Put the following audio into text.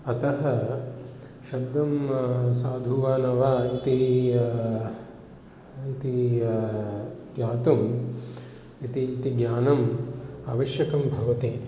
अतः शब्दं साधु वा न वा इति इति ज्ञातुम् इति इति ज्ञानम् आवश्यकं भवति